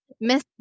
miss